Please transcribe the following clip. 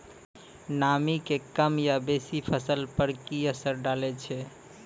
नामी के कम या बेसी फसल पर की असर डाले छै?